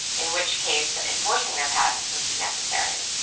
in which case enforcing their patents would be necessary.